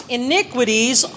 iniquities